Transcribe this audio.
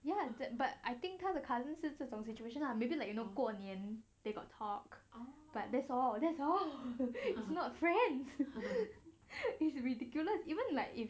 ya but I think 他的 cousin 是这种 situation lah maybe like you know 过年 they got talk but that's all that's all I'm not friends this ridiculous even like it